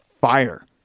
fire